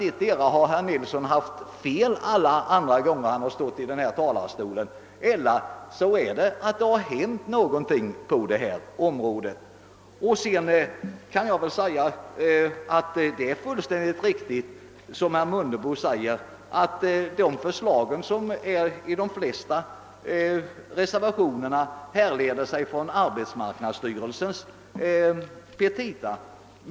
Detta bevisar väl att herr Nilsson haft fel alla de gånger han yttrat sig i ämnet från talarstolen eller också att det har hänt någonting på det här området. Det är fullständigt riktigt som herr Mundebo säger att förslagen i de flesta reservationerna härleder sig från arbetsmarknadsstyrelsens petita.